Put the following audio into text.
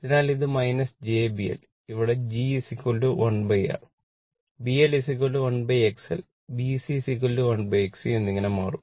അതിനാൽ അത് jBL ഇവിടെ G1R BL1XL BC1XC എന്നിങ്ങനെ മാറും